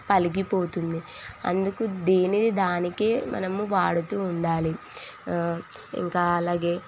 పలిగిపోతుంది అందుకు దీనిని దానికే మనము వాడుతూ ఉండాలి ఇంకా అలాగే